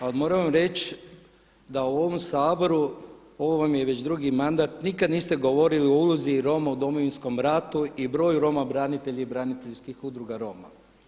Ali moram vam reći da u ovom Saboru, ovo vam je već drugi mandat nikad niste govorili o ulozi Roma u Domovinskom ratu i broju Roma branitelja i braniteljskih udruga Roma.